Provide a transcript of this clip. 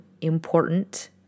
important